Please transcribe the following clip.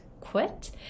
quit